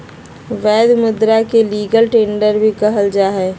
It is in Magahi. वैध मुदा के लीगल टेंडर भी कहल जाहई